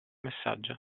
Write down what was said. messaggio